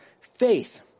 faith